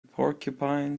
porcupine